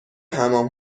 حمام